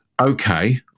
okay